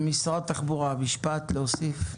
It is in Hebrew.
נציג משרד התחבורה, משפט להוסיף.